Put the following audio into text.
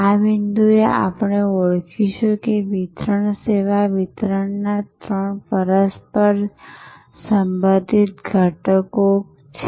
આ બિંદુએ આપણે ઓળખીશું કે વિતરણ સેવા વિતરણના ત્રણ પરસ્પર સંબંધિત ઘટકો છે